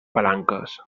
palanques